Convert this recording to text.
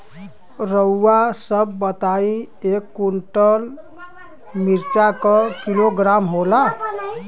रउआ सभ बताई एक कुन्टल मिर्चा क किलोग्राम होला?